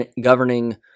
governing